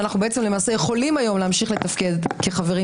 שאנחנו יכולים להמשיך לתפקד כחברים